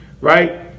right